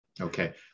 Okay